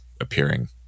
appearing